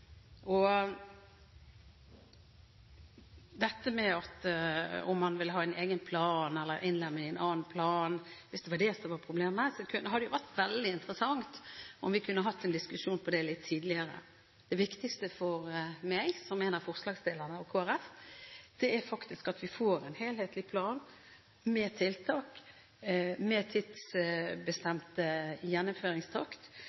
Om man ville ha en egen plan eller innlemme i en annen plan – hvis det var det som var problemet, hadde det vært veldig interessant om vi kunne hatt en diskusjon om det litt tidligere. Det viktigste for meg, som en av forslagsstillerne, og for Kristelig Folkeparti, er faktisk at vi får en helhetlig plan med tiltak, med